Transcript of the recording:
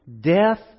death